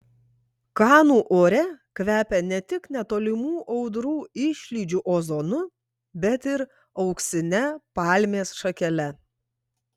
kanų ore kvepia ne tik netolimų audrų išlydžių ozonu bet ir auksine palmės šakele